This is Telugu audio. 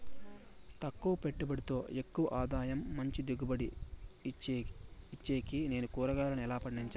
తక్కువ పెట్టుబడితో ఎక్కువగా ఆదాయం మంచి దిగుబడి ఇచ్చేకి నేను కూరగాయలను ఎలా పండించాలి?